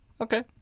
Okay